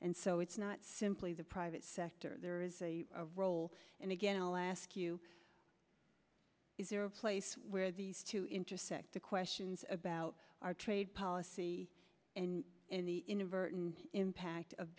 and so it's not simply the private sector there is a role and again i'll ask you is there a place where these two intersect the questions about our trade policy and in the inadvertent impact of